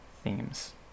themes